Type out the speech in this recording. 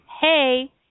Hey